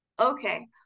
Okay